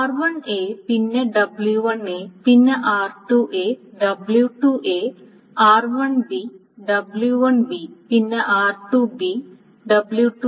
r1 പിന്നെ w1 പിന്നെ r2 w2 r1 w1 പിന്നെ r2 w2